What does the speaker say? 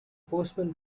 postman